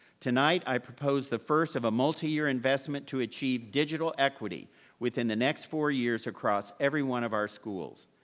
tonight, i propose the first of a multi-year investment to achieve digital equity within the next four years across every one of our schools.